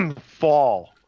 fall